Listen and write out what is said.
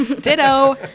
ditto